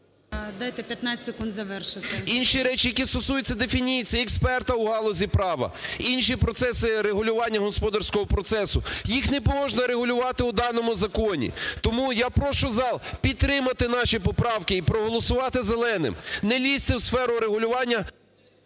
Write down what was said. Дайте 15 секунд завершити. СИДОРОВИЧ Р.М. Інші речі, які стосуються дефініції, експерта у галузі права, інші процеси регулювання господарського процесу, їх не можна регулювати у даному законі. Тому я прошу зал підтримати наші поправки і проголосувати зеленим. Не лізьте в сферу регулювання…